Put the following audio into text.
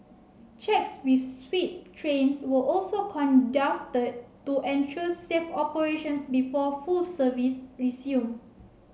checks with sweep trains were also conducted to ensure safe operations before full service resumed